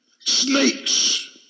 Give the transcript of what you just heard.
Snakes